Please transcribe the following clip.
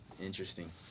Interesting